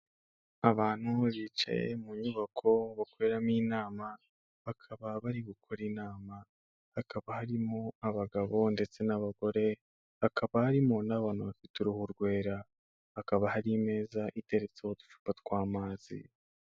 Abantu bicaye mu nyubako bakoreramo inama, bakaba bari bu gukora inama, hakaba harimo abagabo ndetse n'abagore, bakaba harimo n'abantu bafite uruhu rwera, hakaba hari meza iteretseho uducupa tw'amazi.